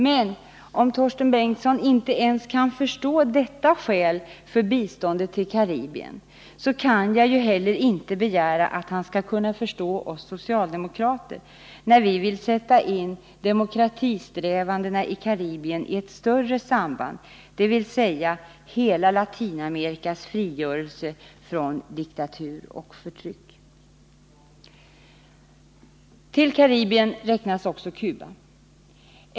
Men om Torsten Bengtson inte ens kan förstå detta skäl för biståndet till Karibien så kan jag inte heller begära att han skall kunna förstå oss socialdemokrater när vi vill sätta in demokratisträvandena i Karibien i ett större sammanhang, dvs. hela Latinamerikas frigörelse från diktatur och förtryck. Till Karibien räknas också Cuba.